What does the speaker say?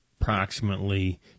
approximately